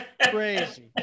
crazy